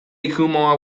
kumar